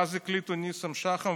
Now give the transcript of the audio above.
ואז הקליטו את ניסו שחם,